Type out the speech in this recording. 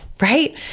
right